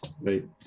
Right